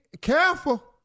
careful